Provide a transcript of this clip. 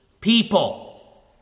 people